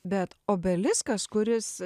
bet obeliskas kuris